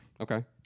Okay